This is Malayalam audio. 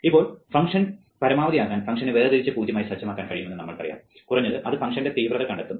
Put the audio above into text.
ഇപ്പോൾ ഫംഗ്ഷൻ പരമാവധിയാക്കാൻ ഫംഗ്ഷനെ വേർതിരിച്ച് 0 ആയി സജ്ജമാക്കാൻ കഴിയുമെന്ന് നമുക്കറിയാം കുറഞ്ഞത് അത് ഫംഗ്ഷന്റെ തീവ്രത കണ്ടെത്തും